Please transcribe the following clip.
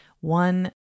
One